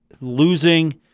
losing